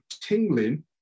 tingling